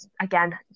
again